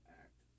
act